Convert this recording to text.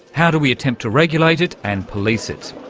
how do we attempt to regulate it and police it?